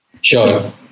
Sure